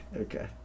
Okay